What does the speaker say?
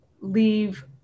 leave